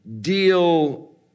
deal